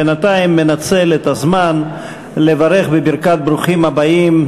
בינתיים אנצל את הזמן לברך בברכת ברוכים הבאים,